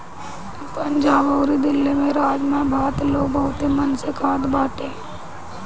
पंजाब अउरी दिल्ली में राजमा भात लोग बहुते मन से खात बाटे